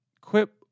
Quip